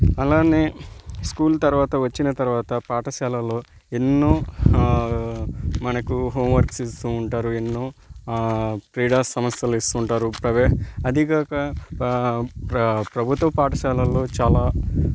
అలానే స్కూల్ తర్వాత వచ్చిన తర్వాత పాఠశాలలో ఎన్నో మనకు హోమ్వర్క్స్ ఇస్తూ ఉంటారు ఎన్నో క్రీడా సమస్యలు ఇస్తూంటారు ప్రవే అదిగాక ప్ర ప్రభుత్వ పాఠశాలల్లో చాలా